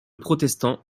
protestant